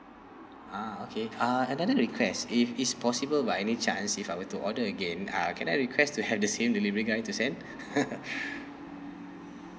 ah okay uh another request if it's possible by any chance if I were to order again uh can I request to have the same delivery guy to send